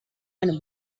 eine